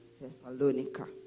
Thessalonica